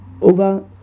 over